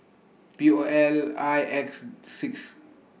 P O L I X six